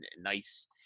nice